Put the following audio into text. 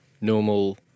normal